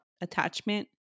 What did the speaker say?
attachment